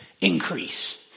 Increase